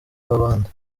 w’abandi